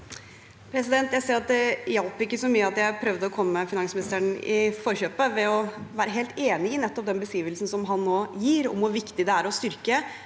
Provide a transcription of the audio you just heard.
Jeg ser at det ikke hjalp så mye at jeg prøvde å komme finansministeren i forkjøpet ved å være helt enig i nettopp den beskrivelsen han nå gir, om hvor viktig det er å styrke